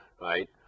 right